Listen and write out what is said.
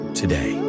today